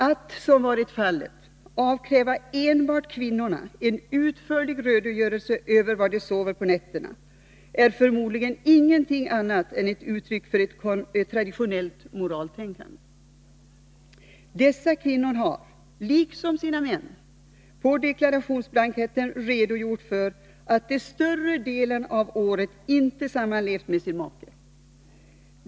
Att, som varit fallet, avkräva enbart kvinnorna en utförlig redogörelse över var de sover på nätterna, är förmodligen ingenting annat än ett uttryck för ett traditionellt moraltänkande. Dessa kvinnor har, liksom sina män, på deklarationsblanketten redogjort myndighet infordrar vissa uppgifter från gifta kvinnor myndighet infordrar vissa uppgifter från gifta kvinnor för att de större delen av året inte sammanlevt med sin make.